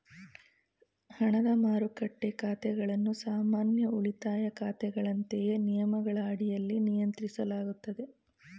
ಹಣದ ಮಾರುಕಟ್ಟೆ ಖಾತೆಗಳನ್ನು ಸಾಮಾನ್ಯ ಉಳಿತಾಯ ಖಾತೆಗಳಂತೆಯೇ ನಿಯಮಗಳ ಅಡಿಯಲ್ಲಿ ನಿಯಂತ್ರಿಸಲಾಗುತ್ತದೆ